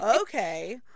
okay